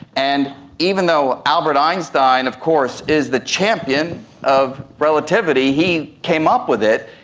and even though albert einstein of course is the champion of relativity, he came up with it,